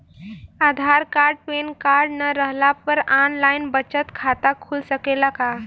आधार card PAN card न रहला पर आन लाइन बचत खाता खुल सकेला का?